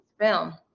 film